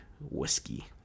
whiskey